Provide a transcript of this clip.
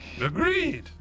agreed